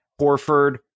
Horford